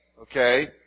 okay